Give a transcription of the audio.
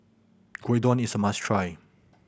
Gyudon is a must try